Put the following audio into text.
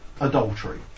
adultery